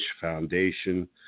Foundation